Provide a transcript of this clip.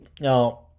Now